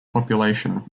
population